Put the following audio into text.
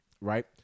Right